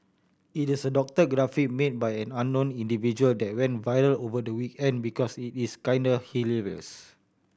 it is a doctor graphic made by an unknown individual that went viral over the weekend because it is kinda hilarious